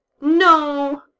No